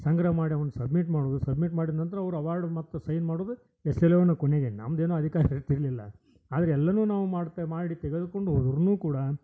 ಸಂಗ್ರಹ ಮಾಡಿ ಅದನ್ನು ಸಬ್ಮಿಟ್ ಮಾಡೋದು ಸಬ್ಮಿಟ್ ಮಾಡಿದ ನಂತರ ಅವ್ರ ಅವಾರ್ಡ್ ಮತ್ತು ಸೈನ್ ಮಾಡೋದು ಎಸ್ ಎಲ್ ಓನ ಕೊನೆಗೆ ನಮ್ದು ಏನೂ ಅಧಿಕಾರ ಇರ್ತಿರಲಿಲ್ಲ ಆದರೆ ಎಲ್ಲನೂ ನಾವು ಮಾಡ್ತೆ ಮಾಡಿ ತೆಗೆದುಕೊಂಡು ಹೋದ್ರುನೂ ಕೂಡ